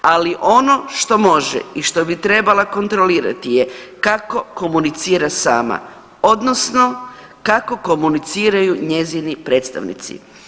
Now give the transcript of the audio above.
Ali ono što može i što bi trebala kontrolirati je kako komunicira sama, odnosno kako komuniciraju njezini predstavnici.